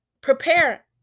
prepare